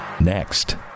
Next